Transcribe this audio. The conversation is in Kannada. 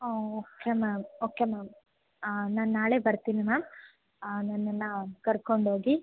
ಹಾಂ ಓಕೆ ಮ್ಯಾಮ್ ಓಕೆ ಮ್ಯಾಮ್ ನಾನು ನಾಳೆ ಬರ್ತೀನಿ ಮ್ಯಾಮ್ ನನ್ನನ್ನ ಕರ್ಕೊಂಡು ಹೋಗಿ